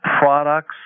products